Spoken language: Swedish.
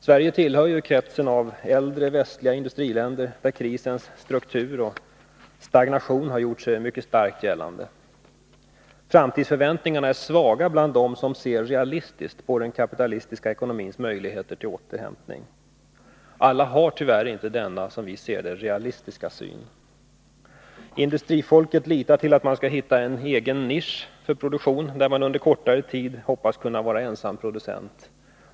Sverige tillhör kretsen av äldre västliga industriländer där krisens struktur och stagnation har gjort sig starkt gällande. Framtidsförväntningarna är svaga bland dem som ser realistiskt på den kapitalistiska ekonomins möjligheter till återhämtning. Alla har tyvärr inte denna realistiska syn. Industrifolket litar till att man skall hitta en egen nisch för produktion där man under en kortare tid hoppas vara ensam producent.